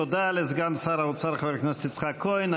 תודה לסגן שר האוצר חבר הכנסת יצחק כהן.